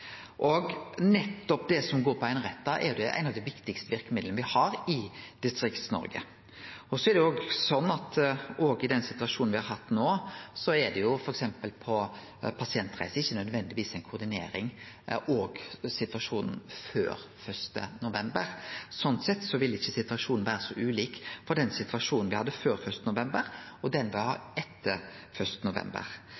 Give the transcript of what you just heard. covid-19-utbrotet. Nettopp det som går på einerettar, er eit av dei viktigaste verkemidla me har i Distrikts-Noreg. I den situasjonen me har hatt no, var det f.eks. på pasientreiser ikkje nødvendigvis ei koordinering i situasjonen før 1. november. Sånn sett vil ikkje den situasjonen me hadde før 1. november, og den me har